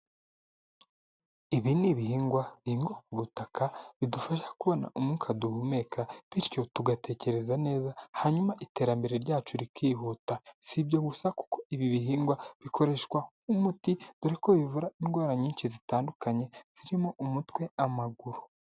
Ibi ni ibihingwa mu butaka bidufasha kubona umwuka duhumeka bityo tugatekereza neza hanyuma iterambere ryacu rikihuta, si ibyo gusa kuko ibi bihingwa bikoreshwa nk'umuti dore ko bivura indwara nyinshi zitandukanye zirimo umutwe, amaguru.